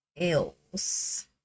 else